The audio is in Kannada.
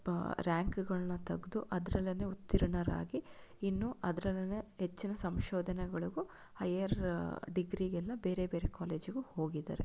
ರ್ಯಾಂಕ್ಗಳನ್ನು ತೆಗೆದು ಅದರಲ್ಲೆನೇ ಉತ್ತೀರ್ಣರಾಗಿ ಇನ್ನೂ ಅದರಲ್ಲೆನೇ ಹೆಚ್ಚಿನ ಸಂಶೋಧನೆಗಳಿಗೂ ಹೈಯರ್ ಡಿಗ್ರಿಗೆಲ್ಲ ಬೇರೆ ಬೇರೆ ಕಾಲೇಜಿಗೂ ಹೋಗಿದ್ದಾರೆ